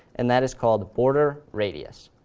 and that is called border radius.